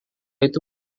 itu